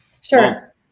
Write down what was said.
Sure